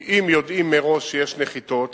כי אם יודעים מראש שיש נחיתות,